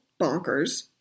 bonkers